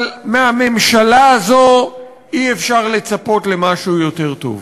אבל מהממשלה הזו אי-אפשר לצפות למשהו יותר טוב.